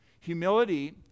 Humility